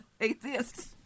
atheists